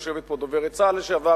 יושבת פה דוברת צה"ל לשעבר,